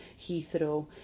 ...Heathrow